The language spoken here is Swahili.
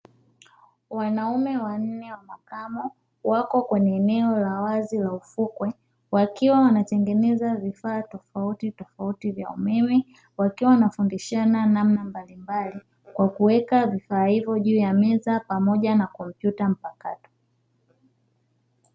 Wanaume wanne wa makamo, wako kwenye eneo la wazi la ufukwe, wakiwa wanatengeneza vifaa tofautitofauti vya umeme. wakiwa wanafundishana namna mbalimbali kwa kuweka vifaa hivyo juu ya meza pamoja na kompyuta mpakato.